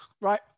right